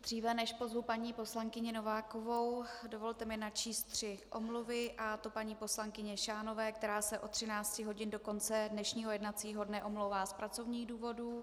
Dříve než pozvu paní poslankyni Novákovou, dovolte mi načíst tři omluvy, a to paní poslankyně Šánové, která se od 13 hodin do konce dnešního jednacího dne omlouvá z pracovních důvodů.